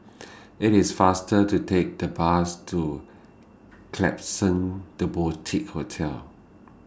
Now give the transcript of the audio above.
IT IS faster to Take The Bus to Klapsons The Boutique Hotel